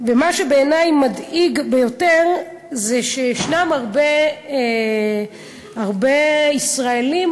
ומה שבעיני מדאיג ביותר זה שישנם הרבה ישראלים